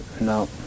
no